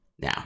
Now